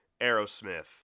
Aerosmith